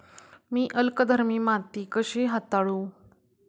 मी अल्कधर्मी माती कशी हाताळू?